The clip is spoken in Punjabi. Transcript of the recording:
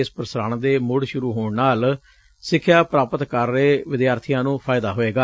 ਇਸ ਪ੍ਸਾਰਣ ਦੇ ਮੁੜ ਸੁਰੂ ਹੋਣ ਨਾਲ ਸਿਖਿਆ ਪ੍ਾਪਤ ਕਰ ਰਹੇ ਵਿਦਿਆਰਥੀਆਂ ਨੂੰ ਫਾਇਦਾ ਹੋਵੇਗਾ